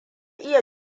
iya